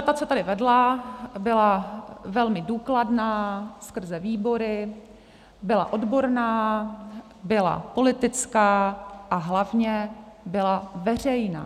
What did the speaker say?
Ta debata se tady vedla, byla velmi důkladná skrze výbory, byla odborná, byla politická a hlavně byla veřejná.